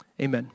Amen